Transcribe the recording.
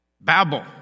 Babel